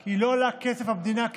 כי היא לא עולה כסף למדינה,